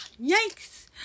Yikes